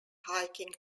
hiking